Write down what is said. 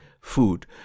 food